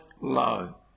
low